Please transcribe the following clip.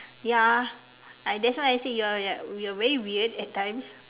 ya I that's why I said you're you're very weird at times